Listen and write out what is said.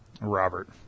Robert